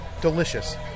Delicious